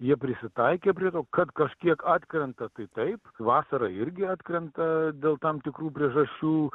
jie prisitaikė prie to kad kažkiek atkrenta tai taip vasarą irgi atkrenta dėl tam tikrų priežasčių